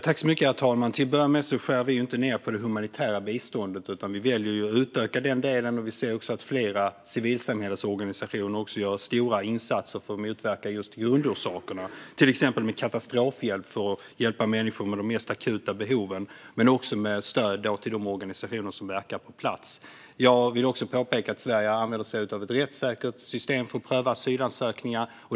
Herr talman! Till att börja med skär vi inte ned på det humanitära biståndet, utan vi väljer att utöka den delen. Vi ser också att flera civilsamhällesorganisationer gör stora insatser för att motverka grundorsakerna och för att genom till exempel katastrofhjälp hjälpa människor med de mest akuta behoven men också genom stöd till de organisationer som verkar på plats. Jag vill även påpeka att Sverige använder ett rättssäkert system för att pröva asylansökningar.